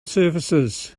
surfaces